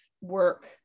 work